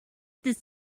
this